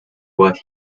what